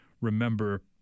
remember